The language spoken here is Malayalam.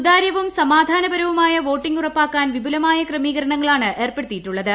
സുതാര്യവും സ്ക്യാധാനപരവുമായ വോട്ടിംഗ് ഉറപ്പാക്കാൻ വിപുലമായ ക്രമീകരണ്ണങ്ങളാണ് ഏർപ്പെടുത്തിയിട്ടുള്ളത്